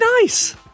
nice